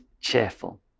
cheerful